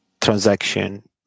transaction